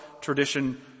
tradition